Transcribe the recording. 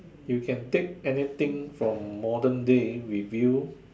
you can pick anything from modern day with you